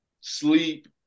sleep